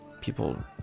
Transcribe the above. people